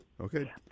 Okay